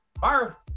fire